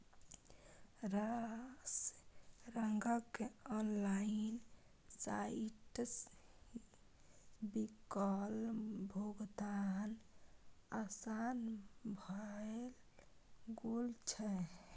रास रंगक ऑनलाइन साइटसँ बिलक भोगतान आसान भए गेल छै